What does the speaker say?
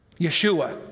Yeshua